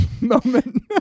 moment